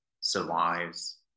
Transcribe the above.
survives